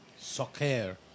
Soccer